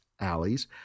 alleys